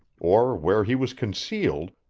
or where he was concealed,